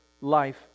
life